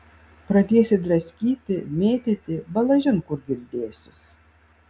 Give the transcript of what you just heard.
pradėsi draskyti mėtyti balažin kur girdėsis